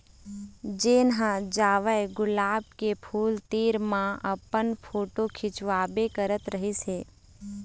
जेन ह जावय गुलाब के फूल तीर म अपन फोटू खिंचवाबे करत रहिस हे